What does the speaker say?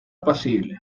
apacible